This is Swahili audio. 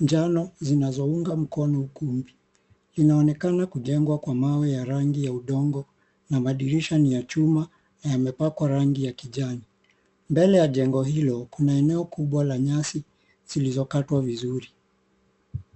njano zinazounga mkono ukumbi. Zinaonekana kupangwa kwa mawe ya rangi ya udongo na madirisha ni ya chuma na yamepakwa rangi ya kijani. Mbele ya jengo hilo kuna eneo kubwa la nyasi zilizokatwa vizuri.